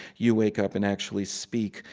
you wake up and actually speak.